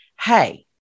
hey